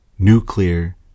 nuclear